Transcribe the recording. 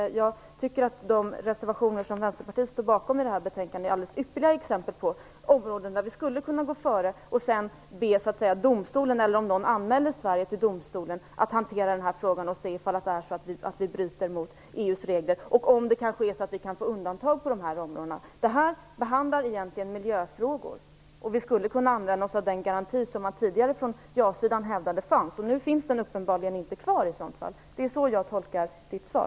Jag tycker att de reservationer som Vänsterpartiet står bakom i det här betänkandet innehåller alldeles ypperliga exempel på områden där vi skulle kunna gå före. Sedan skulle vi kunna be domstolen, om någon anmälde Sverige till denna, att hantera frågan och se om det är så att vi bryter mot EU:s regler och om vi kan få undantag på dessa områden. Det här handlar egentligen om miljöfrågor. Vi skulle kunna använda oss av den garanti som man tidigare från ja-sidan hävdade fanns. Nu finns den uppenbarligen inte kvar - det är så jag tolkar Berndt